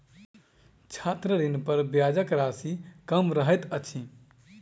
छात्र ऋणपर ब्याजक राशि कम रहैत अछि